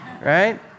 right